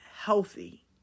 healthy